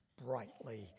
brightly